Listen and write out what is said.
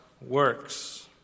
works